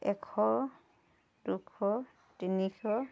এশ দুশ তিনিশ